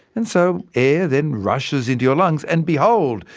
and so air then rushes into your lungs and, behold,